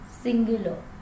singular